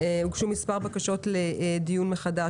הוגשו מספר בקשות לדיון מחדש